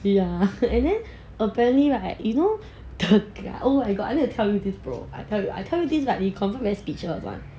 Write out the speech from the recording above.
ya and then apparently right you know the oh my god I need to tell you this bro I tell you I tell you this like you confirm very speechless [one]